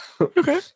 Okay